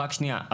רק שנייה.